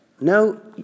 No